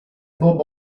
bob